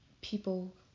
people